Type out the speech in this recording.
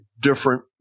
different